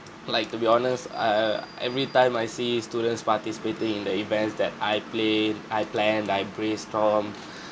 like to be honest err every time I see students participating in the events that I play I plan I brainstorm